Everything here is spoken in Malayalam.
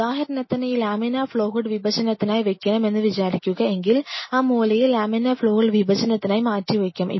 ഉദാഹരണത്തിന് ഈ ലാമിനാർ ഫ്ലോ ഹുഡ് വിഭജനത്തിനായി വെയ്ക്കണം എന്ന് വിചാരിക്കുക എങ്കിൽ ആ മൂലയിൽ ലാമിനാർ ഫ്ലോ ഹുഡ് വിഭജനത്തിനായി മാറ്റി വെക്കാം